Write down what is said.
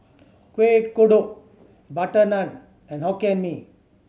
Kueh Kodok butter naan and Hokkien Mee